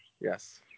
yes